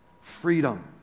freedom